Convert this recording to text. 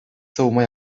savunma